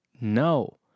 No